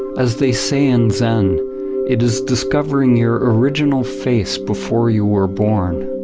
as they say in zen it is discovering your original face before you were born.